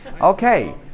Okay